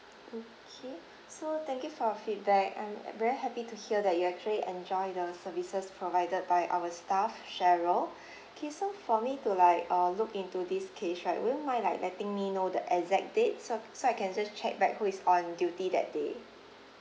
okay so thank you for your feedback and we're very happy to hear that you actually enjoy the services provided by our staff cheryl okay so for me to like uh look into this case right will you mind like letting me know the exact date so so I can check back who is on duty that day